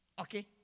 Okay